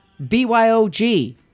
BYOG